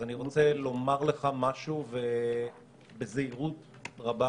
אז אני רוצה לומר לך משהו בזהירות רבה,